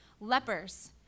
lepers